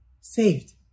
saved